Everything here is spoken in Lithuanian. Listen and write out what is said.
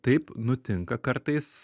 taip nutinka kartais